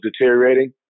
deteriorating